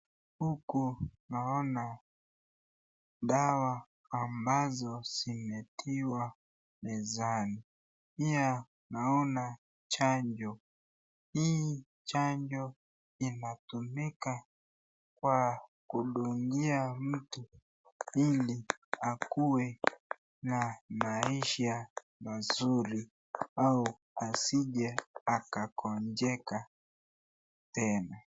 Huko naona dawa ambazo zimetiwa mezani. Pia naona chanjo. Hii chanjo inatumika kwa kudungia mtu ili akuwe na maisha mazuri au asije akakonjeka tena.